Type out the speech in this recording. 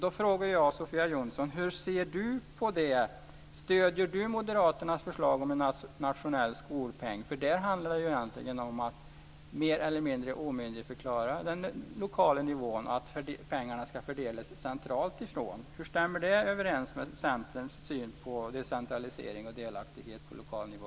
Då frågar jag Sofia Jonsson: Stöder Sofia Jonsson moderaternas förslag om en nationell skolpeng? En sådan innebär ju att man mer eller mindre omyndigförklarar den lokala nivån, om pengarna ska fördelas från centralt håll. Hur stämmer det överens med Centerns syn på decentralisering och delaktighet på lokal nivå?